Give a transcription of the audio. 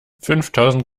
fünftausend